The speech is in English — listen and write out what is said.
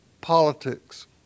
politics